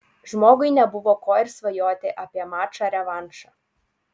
žmogui nebuvo ko ir svajoti apie mačą revanšą